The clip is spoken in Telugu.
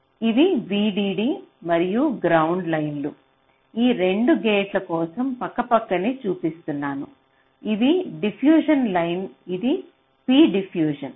ఇవి Vdd మరియు గ్రౌండ్ లైన్లు 2 గేట్ల కోసం పక్కపక్కనే చూపిస్తున్నాను ఇవి డిఫ్యూషన్ లైన్ ఇది p డిఫ్యూషన్